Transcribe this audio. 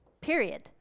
Period